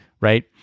right